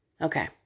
Okay